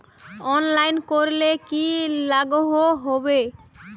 Online करले की लागोहो होबे?